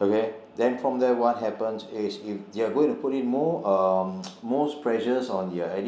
okay then from there what happens is if they are going to put in more um more pressure on their